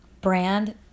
brand